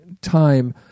time